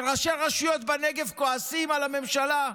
כשראשי רשויות בנגב כועסים על הממשלה?